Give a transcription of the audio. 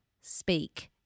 speak